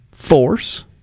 Force